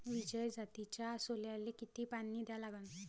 विजय जातीच्या सोल्याले किती पानी द्या लागन?